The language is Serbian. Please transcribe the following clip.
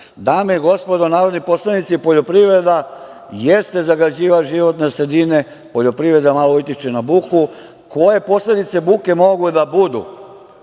i gospodo narodni poslanici, poljoprivreda jeste zagađivač životne sredine, poljoprivreda malo utiče na buku. Koje posledice buke mogu da budu?